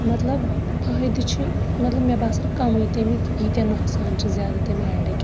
مطلب فٲیدٕ چھُ مطلب مےٚ باسان کَمی تَمِکۍ ییٖتیاہ نۄقصان چھِ زیادٕ چھِ زیادٕ تَمہِ ایڈٕکۍ